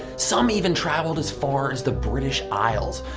some even traveled as far as the british isles.